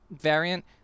variant